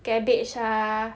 cabbage ah